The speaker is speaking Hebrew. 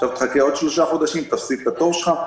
עכשיו תחכה עוד שלושה חודשים ותפסיד את התור שלך?